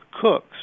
cooks